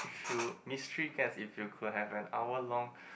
if you mystery guess if you could have an hour long